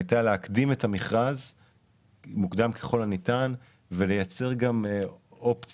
הייתה להקדים את המכרז מוקדם ככל הניתן כדי לייצר אופציה